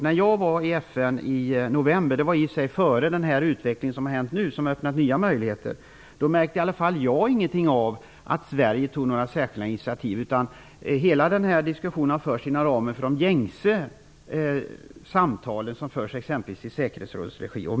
När jag var i FN i november -- det var i och för sig före den nuvarande utvecklingen som har öppnat nya möjligheter -- märkte i alla fall jag inte något av att Sverige tog särskilda initiativ. Hela diskussionen har förts inom ramen för de gängse samtal som förs t.ex. i säkerhetsrådet regi.